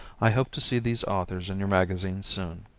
i hope to see these authors in your magazine soon